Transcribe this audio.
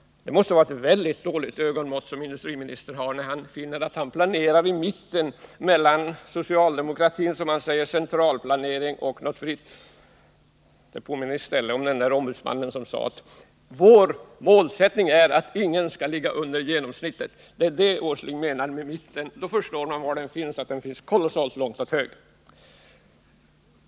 Det måste vara ett dåligt ögonmått som industriministern har, när han anser att han planerar i mitten mellan vad han kallar socialdemokratins centralplanering och något slags fri marknadsekonomi. Det påminner i stället om ombudsmannen som sade: ”Vår målsättning är att ingen skall ligga under genomsnittet.” Det är detta Nils Åsling menar med mitten. Då förstår man att den finns kolossalt långt åt höger.